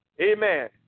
Amen